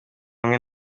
hamwe